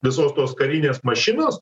visos tos karinės mašinos